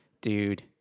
dude